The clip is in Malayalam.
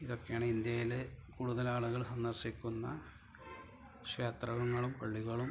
ഇതൊക്കെയാണ് ഇന്ത്യയിലെ കൂടുതലാളുകൾ സന്ദർശിക്കുന്ന ക്ഷേത്രങ്ങളും പള്ളികളും